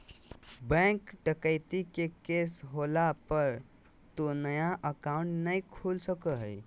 bank डकैती के case होला पर तो नया अकाउंट नय खुला सको हइ